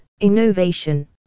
innovation